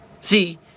See